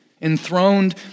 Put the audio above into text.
enthroned